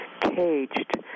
caged